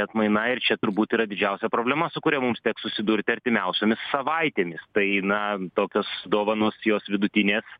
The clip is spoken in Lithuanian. atmaina ir čia turbūt yra didžiausia problema su kuria mums teks susidurti artimiausiomis savaitėmis tai na tokios dovanos jos vidutinės